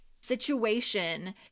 situation